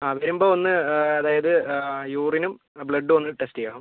ആ വരുമ്പോൾ ഒന്ന് അതായത് യൂറിനും ബ്ലഡും ഒന്ന് ടെസ്റ്റ് ചെയ്യണം